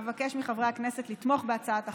אבקש מחברי הכנסת לתמוך בהצעת החוק.